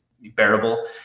bearable